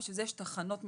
בשביל זה יש תחנות משטרה,